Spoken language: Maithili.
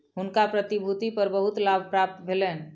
हुनका प्रतिभूति पर बहुत लाभ प्राप्त भेलैन